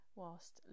whilst